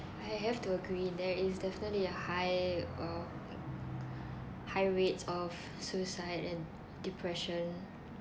I have to agree there is definitely a high uh high rates of suicide and depression